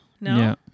No